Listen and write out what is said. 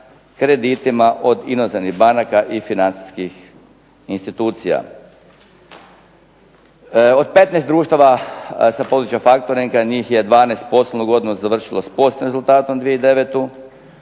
kreditima od inozemnih banaka i financijskih institucija. Od 15 društava sa područja faktoringa njih je 12 poslovnu godinu završilo sa pozitivnim rezultatom 2009-u